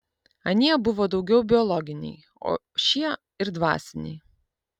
anie buvo daugiau biologiniai o šie ir dvasiniai